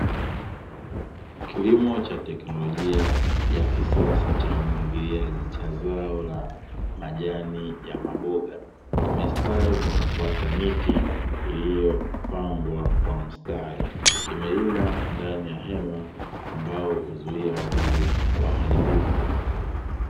Kilimo cha teknolojia ya kisasa cha umwagiliaji cha zao la majani ya maboga, kimestawi kwa kufuata miti iliyopangwa kwa mstari. Kimelimwa ndani ya hema ambalo huzuia wadudu waharibifu.